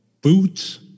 boots